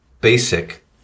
basic